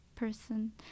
person